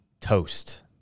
toast